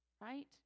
Right